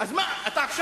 אז מה, עכשיו אתה רוצה?